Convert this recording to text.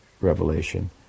Revelation